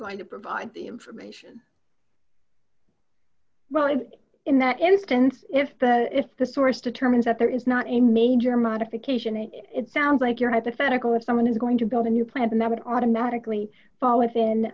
going to provide the information well if in that instance if but if the source determines that there is not a major modification and it sounds like your hypothetical if someone is going to build a new plan that would automatically fall within